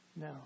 No